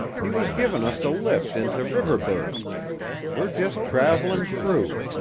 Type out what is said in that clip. he was givin' us a lift into riverburgh we're just traveling through,